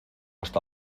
está